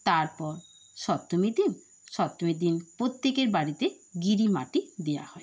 তারপর সপ্তমী দিন সপ্তমীর দিন প্রত্যেকের বাড়িতে গিরি মাটি দেওয়া হয়